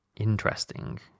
interesting